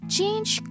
Change